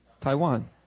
Taiwan